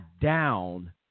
down